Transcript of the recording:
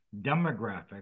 demographics